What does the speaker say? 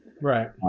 Right